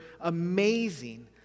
amazing